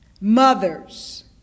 mothers